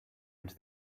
into